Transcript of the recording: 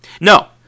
No